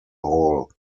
hall